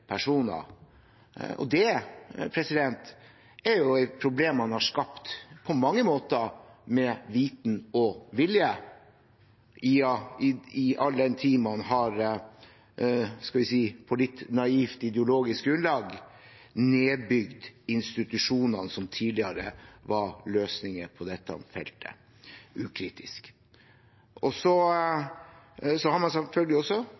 personer. Det er et problem man på mange måter har skapt med viten og vilje, all den tid man, skal vi si, på litt naivt ideologisk grunnlag ukritisk har nedbygd institusjonene som tidligere var løsningen på dette feltet. Så har man også, noe som selvfølgelig